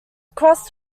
crossed